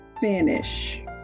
finish